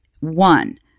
One